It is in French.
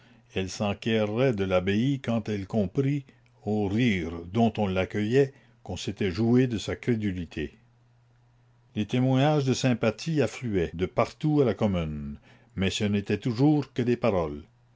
elle s'enquérait de l'abbaye quand elle comprit aux rires dont on l'accueillait qu'on s'était joué de sa crédulité les témoignages de sympathie affluaient de partout à la commune mais ce n'étaient toujours que des paroles